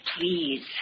please